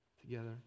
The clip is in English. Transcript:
together